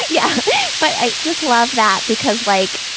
yeah but i just love that because like,